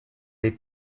les